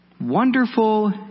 Wonderful